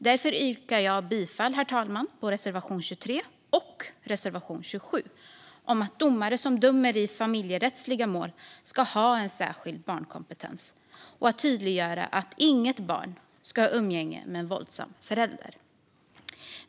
Därför, herr talman, yrkar jag bifall till reservation 23 och reservation 27 om att domare som dömer i familjerättsliga mål ska ha en särskild barnkompetens och om att tydliggöra att inget barn ska ha umgänge med en våldsam förälder.